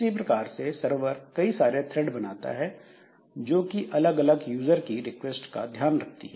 इसी प्रकार से सरवर कई सारे थ्रेड बनाता है जो कि अलग अलग यूजर की रिक्वेस्ट का ध्यान रखती हैं